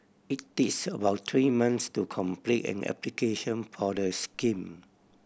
it takes about three months to complete an application for the scheme